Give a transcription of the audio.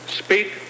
speak